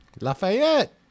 Lafayette